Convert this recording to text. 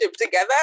together